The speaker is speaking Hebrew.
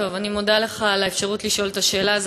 אני מודה לך על האפשרות לשאול את השאלה,